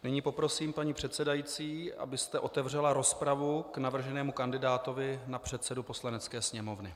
Nyní poprosím paní předsedající, abyste otevřela rozpravu k navrženému kandidátovi na předsedu Poslanecké sněmovny.